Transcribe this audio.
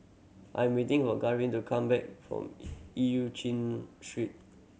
I'm waiting for Garvin to come back from Eu Chin Street